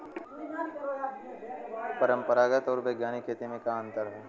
परंपरागत आऊर वैज्ञानिक खेती में का अंतर ह?